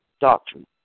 doctrine